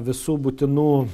visų būtinų